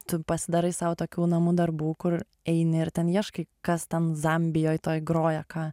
tu pasidarai sau tokių namų darbų kur eini ir ten ieškai kas ten zambijoj toj groja ką